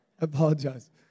apologize